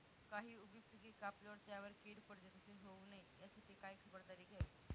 काही उभी पिके कापल्यावर त्यावर कीड पडते, तसे होऊ नये यासाठी काय खबरदारी घ्यावी?